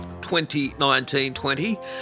2019-20